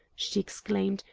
she exclaimed,